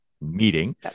meeting